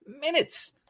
minutes